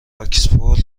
آکسفورد